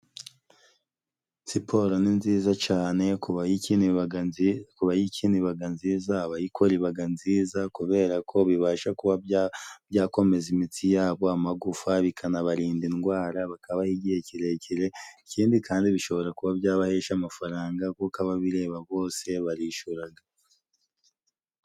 Siporo ni nziza cane ku ku bayikina ibaga nziza. Abayikoraga nziza kubera ko bibasha kuba byakomeza imitsi yabo amagufa bikanabarinda indwara, bakabaho igihe kirekire. Ikindi kandi bishobora kuba byabahesha amafaranga kuko ababireba bose barishyuraga.